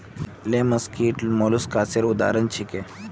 लिमस कीट मौलुसकासेर उदाहरण छीके